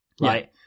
right